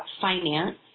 finance